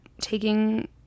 taking